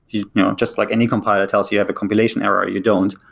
you know just like any compiler tells you have a compilation error or you don't.